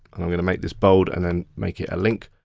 i'm gonna make this bold and then make it a link.